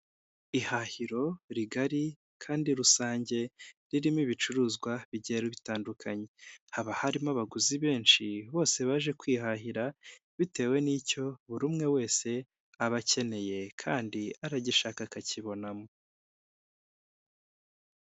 Ihahiro rigari kandi rusange ririmo ibicuruzwa bigera bitandukanye, haba harimo abaguzi benshi bose baje kwihahira bitewe n'icyo buri umwe wese aba akeneye kandi aragishaka akakibonamo.